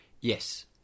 Yes